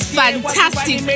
fantastic